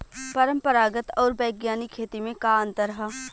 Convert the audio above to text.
परंपरागत आऊर वैज्ञानिक खेती में का अंतर ह?